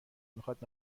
میخواد